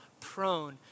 prone